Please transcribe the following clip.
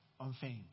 unfeigned